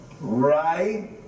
right